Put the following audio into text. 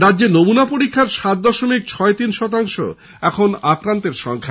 রাজ্যে নমুনা পরীক্ষার সাত দশমিক ছয় তিন শতাংশ এখন আক্রান্তের সংখ্যা